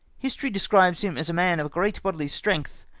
history describes him as a man of great bodily strength,